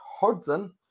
Hudson